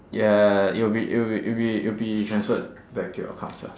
ya it'll be it'll be it'll be it'll be transferred back to your account sir